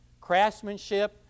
craftsmanship